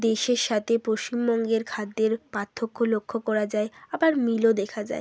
দেশের সাথে পশ্চিমবঙ্গের খাদ্যের পার্থক্য লক্ষ্য করা যায় আবার মিলও দেখা যায়